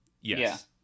Yes